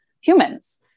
humans